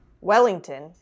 Wellington